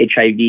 HIV